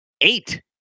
Eight